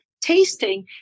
tasting